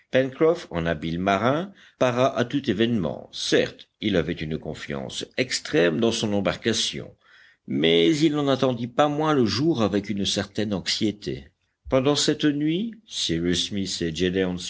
habile marin para à tout événement certes il avait une confiance extrême dans son embarcation mais il n'en attendit pas moins le jour avec une certaine anxiété pendant cette nuit cyrus smith et